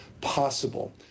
possible